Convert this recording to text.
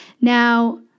Now